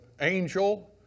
angel